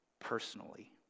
personally